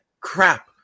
Crap